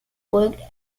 worked